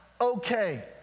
okay